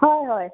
हय हय